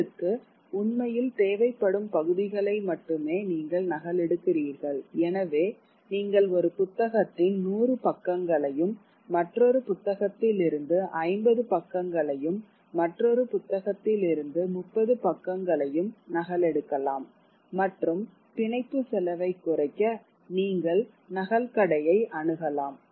உங்களுக்கு உண்மையில் தேவைப்படும் பகுதிகளை மட்டுமே நீங்கள் நகலெடுக்கிறீர்கள் எனவே நீங்கள் ஒரு புத்தகத்தின் 100 பக்கங்களையும் மற்றொரு புத்தகத்திலிருந்து 50 பக்கங்களையும் மற்றொரு புத்தகத்திலிருந்து 30 பக்கங்களையும் நகலெடுக்கலாம் மற்றும் பிணைப்பு செலவைக் குறைக்க நீங்கள் நகல் கடை கடையை அணுகலாம்